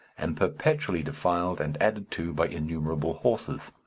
and perpetually defiled and added to by innumerable horses.